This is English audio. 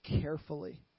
carefully